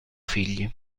figli